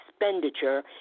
expenditure